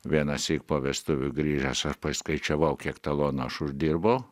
vienąsyk po vestuvių grįžęs aš paskaičiavau kiek talonų aš uždirbau